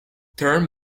turn